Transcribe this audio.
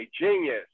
genius